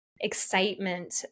excitement